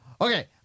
Okay